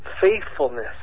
faithfulness